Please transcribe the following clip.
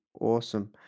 Awesome